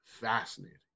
fascinating